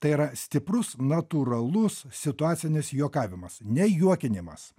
tai yra stiprus natūralus situacinis juokavimas ne juokinimas